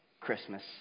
Christmas